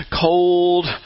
Cold